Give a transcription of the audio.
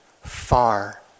far